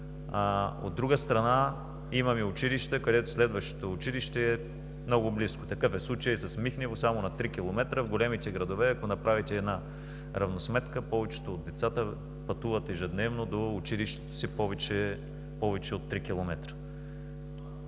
От друга страна, имаме училища, където следващото училище е много близко. Такъв е случаят с Михнево – само на 3 км. В големите градове, ако направите една равносметка, повечето от децата пътуват ежедневно до училището си повече от 3 км.